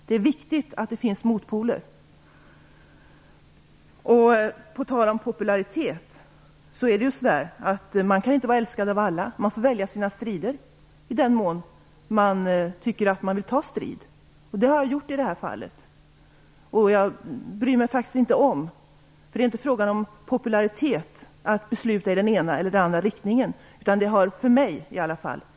Det är viktigt att det finns motpoler. På tal om popularitet, är det ju så att man inte kan vara älskad av alla. Man får välja sina strider i den mån man tycker att man vill ta strid. Det har jag gjort i det här fallet. Jag bryr mig faktiskt inte om det, för det är inte fråga om populariet att besluta i den ena eller andra riktningen, åtminstone inte för mig.